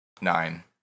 nine